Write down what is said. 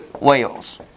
Wales